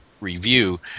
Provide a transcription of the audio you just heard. review